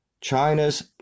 China's